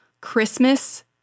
Christmas